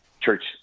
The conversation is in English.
church